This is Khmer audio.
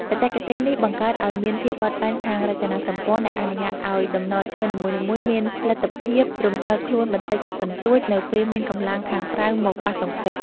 បច្ចេកទេសនេះបង្កើតឱ្យមាន ភាពបត់បែនខាងរចនាសម្ព័ន្ធ ដែលអនុញ្ញាតឱ្យតំណឈើនីមួយៗមានលទ្ធភាពរំកិលខ្លួនបន្តិចបន្តួចនៅពេលមានកម្លាំងខាងក្រៅមកប៉ះទង្គិច។